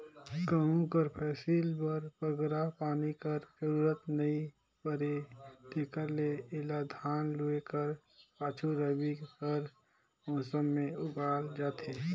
गहूँ कर फसिल बर बगरा पानी कर जरूरत नी परे तेकर ले एला धान लूए कर पाछू रबी कर मउसम में उगाल जाथे